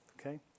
Okay